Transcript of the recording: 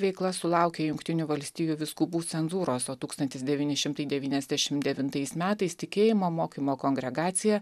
veikla sulaukė jungtinių valstijų vyskupų cenzūros o tūkstantis devyni šimtai devyniasdešim devintais metais tikėjimo mokymo kongregacija